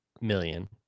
million